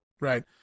Right